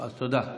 תודה.